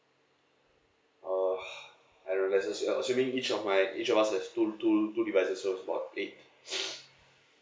uh !huh! I realise I'm assuming each of my each of us have two two two devices so it's about eight